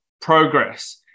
progress